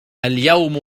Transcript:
اليوم